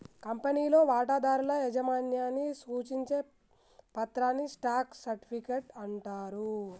కంపెనీలో వాటాదారుల యాజమాన్యాన్ని సూచించే పత్రాన్ని స్టాక్ సర్టిఫికెట్ అంటారు